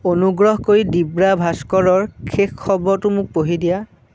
অনুগ্ৰহ কৰি দিব্যা ভাস্কৰৰ শেষ খবৰটো মোক পঢ়ি দিয়া